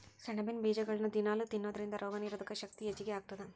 ಸೆಣಬಿನ ಬೇಜಗಳನ್ನ ದಿನಾಲೂ ತಿನ್ನೋದರಿಂದ ರೋಗನಿರೋಧಕ ಶಕ್ತಿ ಹೆಚ್ಚಗಿ ಆಗತ್ತದ